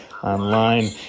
Online